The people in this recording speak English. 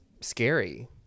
scary